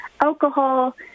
alcohol